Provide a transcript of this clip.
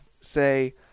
say